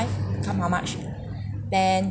count how much ten